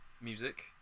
music